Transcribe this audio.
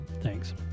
Thanks